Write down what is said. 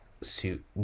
suit